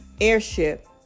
airship